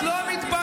את לא מתביישת?